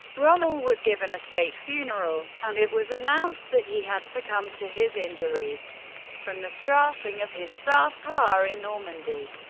rommel was given a state funeral, and it was announced that he had succumbed to his injuries from the strafing of his staff car in normandy.